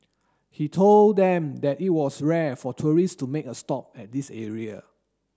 he told them that it was rare for tourist to make a stop at this area